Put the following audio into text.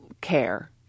care